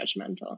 judgmental